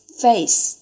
face